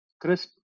Crisp